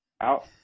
out